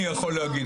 אני יכול להגיד?